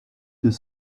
deux